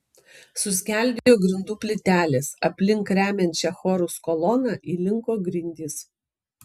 suskeldėjo grindų plytelės aplink remiančią chorus koloną įlinko grindys